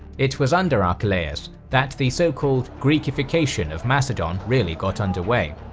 it was under archelaus that the so-called greekification of macedon really got under way,